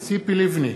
ציפי לבני,